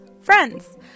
friends